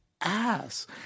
ass